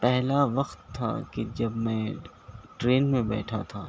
پہلا وقت تھا کہ جب میں ٹرین میں بیٹھا تھا